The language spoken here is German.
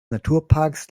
naturparks